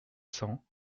cents